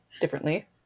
differently